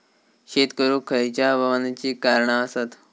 शेत करुक खयच्या हवामानाची कारणा आसत?